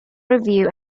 review